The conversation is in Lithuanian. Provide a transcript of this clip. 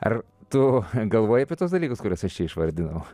ar tu galvoji apie tuos dalykus kuriuos aš čia išvardinau